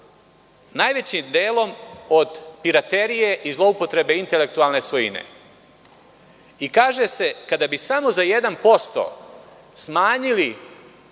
najvećim delom od piraterije i zloupotrebe intelektualne svojine. Kaže se – kada bi samo za 1% smanjili